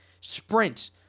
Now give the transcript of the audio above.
Sprint